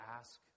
ask